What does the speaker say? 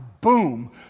boom